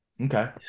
Okay